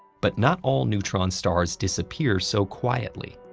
but not all neutron stars disappear so quietly.